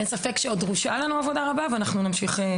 אין ספק שעוד שדרושה לנו עבודה רבה ואנחנו נמשיך ונעבוד.